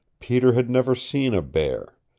peter had never seen a bear.